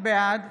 בעד